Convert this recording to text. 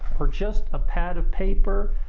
or just a pad of paper,